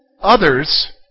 others